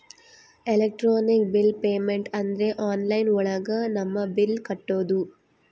electronic bill payment ಅಂದ್ರೆ online ಒಳಗ ನಮ್ ಬಿಲ್ ಕಟ್ಟೋದು